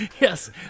yes